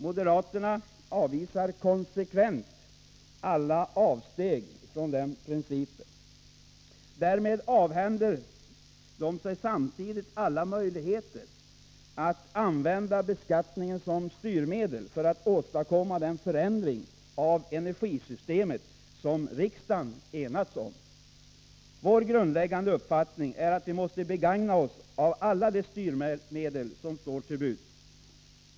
Moderaterna avvisar konsekvent alla avsteg från den principen. Därmed avhänder de sig samtidigt alla möjligheter att använda beskattningen som styrmedel för att åstadkomma den förändring av energisystemet som riksdagen enats om. Vår grundläggande uppfattning är att vi måste begagna oss av alla de styrmedel som står till buds.